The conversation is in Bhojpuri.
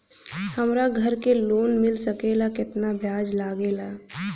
हमरा घर के लोन मिल सकेला केतना ब्याज लागेला?